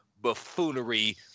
buffoonery